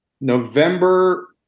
November